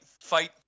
fight